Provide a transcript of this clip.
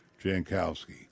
Jankowski